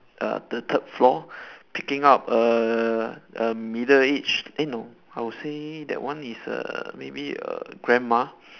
the the third floor picking up a a middle-aged eh no I'll say that one is err maybe a grandma